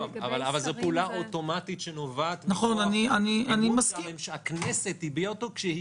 אבל זה פעולה אוטומטית שנובעת מכך שהכנסת הביעה אותו כאשר היא